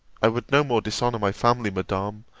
i would no more dishonour my family, madam,